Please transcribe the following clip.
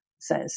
says